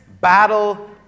Battle